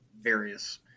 various –